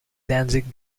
danzig